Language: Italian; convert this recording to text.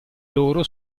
loro